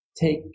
take